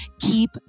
Keep